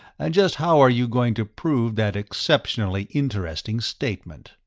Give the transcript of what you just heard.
and just how are you going to prove that exceptionally interesting statement?